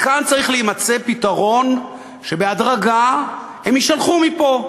כאן צריך להימצא פתרון שבהדרגה הם יישלחו מפה.